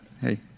hey